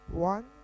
one